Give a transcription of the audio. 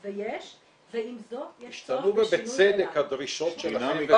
ועם זאת -- השתנו ובצדק הדרישות שלכם -- אני